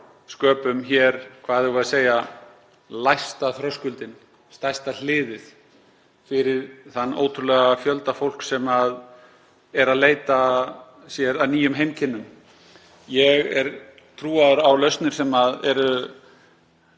sköpum hér, hvað eigum við að segja, lægsta þröskuldinn, stærsta hliðið fyrir þann ótrúlega fjölda fólks sem er að leita sér að nýjum heimkynnum. Ég er trúaður á lausnir sem eru